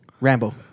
Rambo